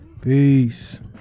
Peace